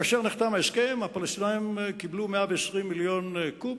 כאשר נחתם ההסכם, הפלסטינים קיבלו 120 מיליון קוב.